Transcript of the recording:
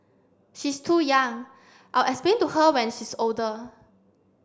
she's too young I'll explain to her when she's older